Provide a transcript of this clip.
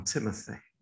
Timothy